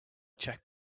check